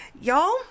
Y'all